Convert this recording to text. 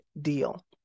deal